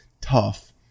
tough